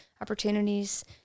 opportunities